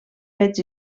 fets